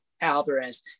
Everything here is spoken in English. Alvarez